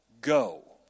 Go